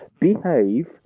behave